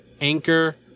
Anchor